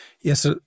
Yes